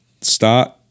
start